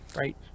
right